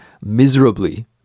miserably